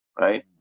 right